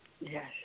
yes